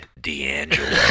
D'Angelo